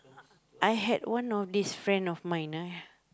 I had one of this friend of mine ah